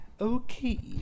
okay